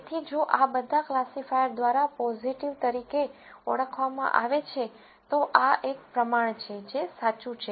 તેથી જો આ બધા ક્લાસિફાયર દ્વારા પોઝીટિવ તરીકે ઓળખવામાં આવે છે તો આ એક પ્રમાણ છે જે સાચું છે